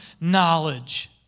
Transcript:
knowledge